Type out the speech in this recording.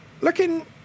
looking